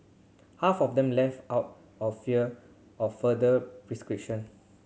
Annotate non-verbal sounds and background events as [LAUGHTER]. half of them left out of fear of further [UNINTELLIGIBLE]